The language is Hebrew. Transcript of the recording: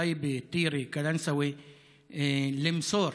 טייבה, טירה וקלנסווה למסור